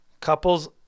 Couples